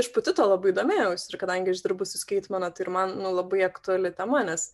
aš pati tuo labai domėjaus ir kadangi aš dirbu su skaitmena tai ir man labai aktuali tema nes